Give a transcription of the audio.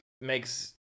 makes